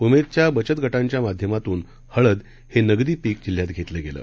उमेदच्या बचत गटांच्या माध्यमातून हळद हे नगदी पिक जिल्ह्यात घेतलं गेल